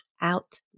out